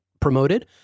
promoted